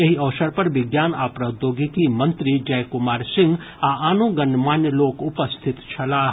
एहि अवसर पर विज्ञान आ प्रौद्योगिकी मंत्री जय कुमार सिंह आ आनो गणमान्य लोक उपस्थित छलाह